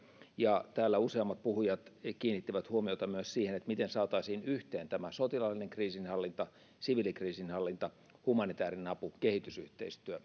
täällä useammat puhujat kiinnittivät huomiota myös siihen miten saataisiin yhteen tämä sotilaallinen kriisinhallinta siviilikriisinhallinta humanitäärinen apu kehitysyhteistyö